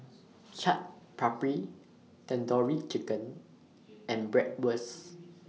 Chaat Papri Tandoori Chicken and Bratwurst